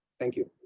thank you.